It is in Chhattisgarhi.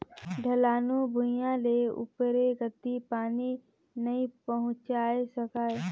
ढलानू भुइयां ले उपरे कति पानी नइ पहुचाये सकाय